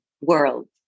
world